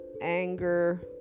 anger